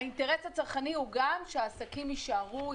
האינטרס הצרכני הוא גם שהעסקים יישארו,